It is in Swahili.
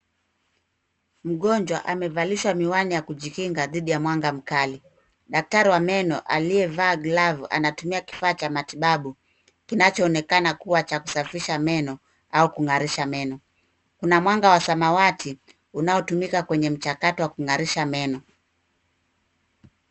Mgonjwa amevalishwa miwani ya kujikinga dhidi ya mwanga mkali, daktari wa meno aliyevaa glavu, anatumia kifaa cha matibabu, kinachoonekana kuwa cha kusafisha meno au kung'arisha meno. Kuna mwanga wa samawati ,unaotumika kwenye mchakato wa kung'arisha meno.